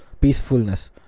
peacefulness